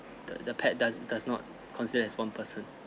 the the pet does does not considered as one person